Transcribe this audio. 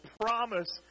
promise